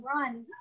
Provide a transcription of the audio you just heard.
run